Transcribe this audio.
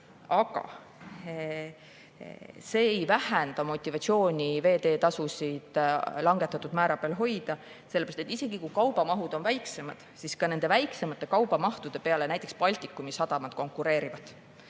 Aga see ei vähenda motivatsiooni veeteetasusid langetatud määra peal hoida, sellepärast et isegi kui kaubamahud on väiksemad, siis ka nende väiksemate kaubamahtude pärast näiteks Baltikumi sadamad konkureerivad.